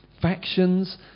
factions